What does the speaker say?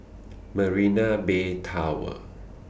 Marina Bay Tower